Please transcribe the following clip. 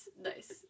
Nice